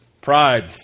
pride